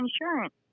insurance